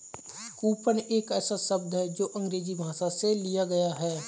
coupon एक ऐसा शब्द है जो अंग्रेजी भाषा से लिया गया है